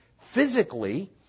physically